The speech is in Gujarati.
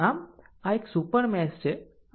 આમ આમ આ એક સુપર મેશ છે